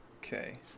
Okay